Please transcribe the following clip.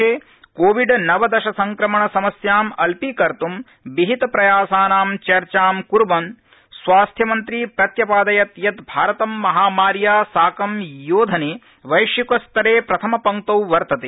देशे कोविड नवदश संक्रमण समस्याम् अल्पीकर्त् विहित प्रयासानां चर्चां कुर्वन् स्वास्थ्यमंत्री प्रत्यपादयत् यत् भारतं महामार्या साकं योधने वैश्विक स्तरे प्रथम पंक्तौ वर्तते